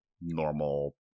normal